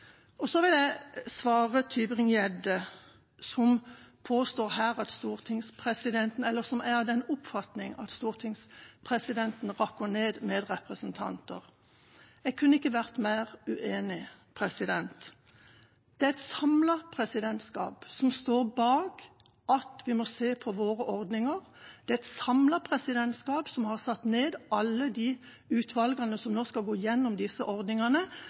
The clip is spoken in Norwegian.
Så vil jeg svare Tybring-Gjedde, som er av den oppfatning at stortingspresidenten rakker ned på medrepresentanter. Jeg kunne ikke vært mer uenig. Det er et samlet presidentskap som står bak at vi må se på våre ordninger. Det er et samlet presidentskap som har satt ned alle de utvalgene som nå skal gå gjennom disse ordningene,